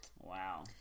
Wow